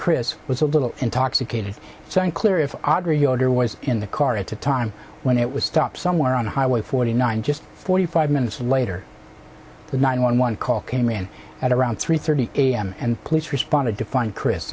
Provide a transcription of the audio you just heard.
chris was a little intoxicated so unclear if adri yoder was in the car at the time when it was stopped somewhere on highway forty nine just forty five minutes later the nine one one call came in at around three thirty a m and police responded to find chris